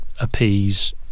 appease